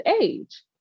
age